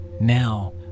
now